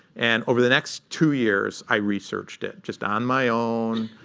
and over the next two years, i researched it, just on my own,